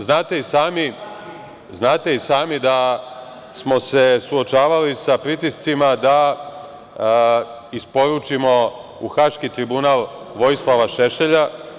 Znate i sami da smo se suočavali sa pritiscima da isporučimo u Haški tribunal Vojislava Šešelja.